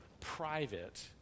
private